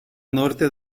norte